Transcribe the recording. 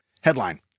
Headline